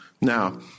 Now